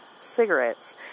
cigarettes